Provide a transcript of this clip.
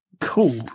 Cool